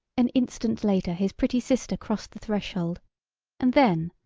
an instant later his pretty sister crossed the threshold and then,